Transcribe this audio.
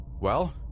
Well